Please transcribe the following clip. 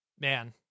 Man